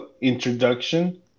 introduction